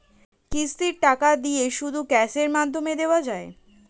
কিস্তির টাকা দিয়ে শুধু ক্যাসে জমা দেওয়া যায়?